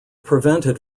prevented